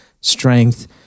strength